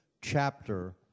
chapter